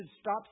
Stop